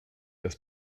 das